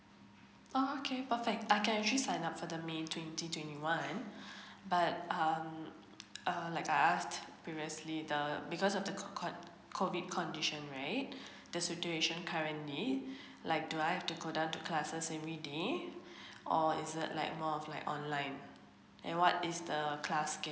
oh okay perfect I can actually sign up for the may twenty twenty one but um err like I asked previously the because of the COVID condition right the situation currently like do I have to go down to classes everyday or is it like more of like online and what is the class